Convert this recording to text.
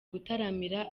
gutaramira